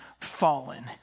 fallen